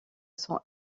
sont